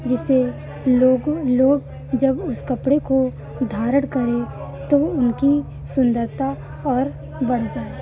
जिससे लोगों लोग जब उस कपड़े को धारण करे तो उनकी सुन्दरता और बढ़ जाए